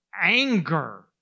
anger